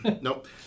nope